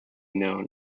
known